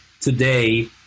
today